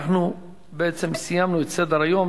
בעצם סיימנו את סדר-היום.